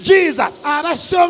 Jesus